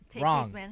Wrong